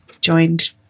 joined